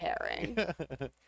pairing